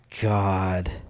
God